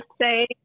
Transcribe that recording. say